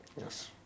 Yes